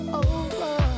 over